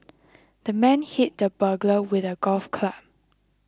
the man hit the burglar with a golf club